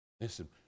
Listen